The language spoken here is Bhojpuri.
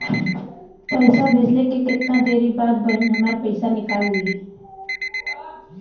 पैसा भेजले के कितना देरी के बाद बहिन हमार पैसा निकाल लिहे?